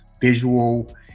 visual